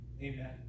Amen